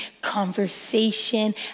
conversation